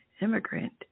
immigrant